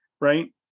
right